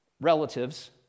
relatives